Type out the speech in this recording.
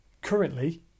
currently